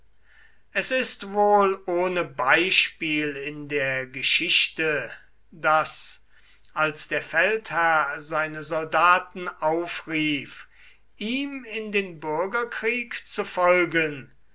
es ist wohl ohne beispiel in der geschichte daß als der feldherr seine soldaten aufrief ihm in den bürgerkrieg zu folgen